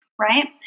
Right